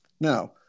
Now